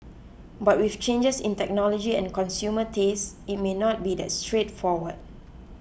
but with changes in technology and consumer tastes it may not be that straightforward